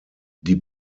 die